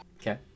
Okay